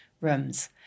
rooms